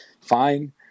fine